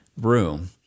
room